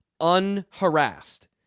unharassed